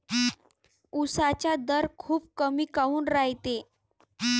उसाचा दर खूप कमी काऊन रायते?